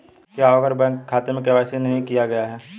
क्या होगा अगर बैंक खाते में के.वाई.सी नहीं किया गया है?